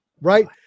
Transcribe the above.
right